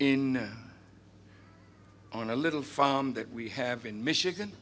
in on a little farm that we have in michigan